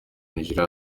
nigeria